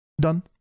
done